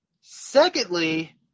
Secondly